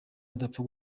adapfa